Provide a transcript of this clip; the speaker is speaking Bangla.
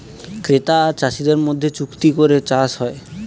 ক্রেতা আর চাষীদের মধ্যে চুক্তি করে চাষ হয়